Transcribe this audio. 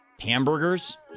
Hamburgers